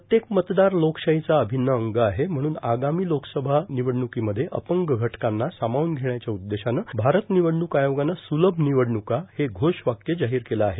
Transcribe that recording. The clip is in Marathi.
प्रत्येक मतदार लोकशाहींचा अर्भभन्न अंग आहे म्हणून आगामी लोकसभा र्यानवडणूकोमध्ये अपंग घटकांना सामावून घेण्याच्या उद्देश्यानं भारत र्यानवडणूक आयोगानं सुलभ ांनवडणूका हे घोष वाक्य जर्ााहर केले आहे